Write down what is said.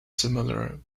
similar